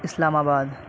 اسلام آباد